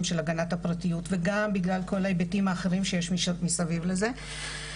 של הגנת הפרטיות וגם בגלל כל ההיבטים האחרים שיש מסביב לזה.